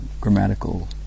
grammatical